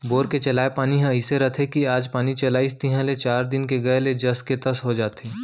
bore के चलाय पानी ह अइसे रथे कि आज पानी चलाइस तिहॉं चार दिन के गए ले जस के तस हो जाथे